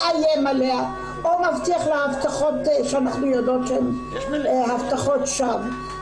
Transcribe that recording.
מאיים עליה או מבטיח לה הבטחות שאנחנו יודעות שהן הבטחות שווא.